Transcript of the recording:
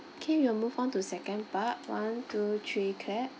kay~ we'll move on to second part one two three clap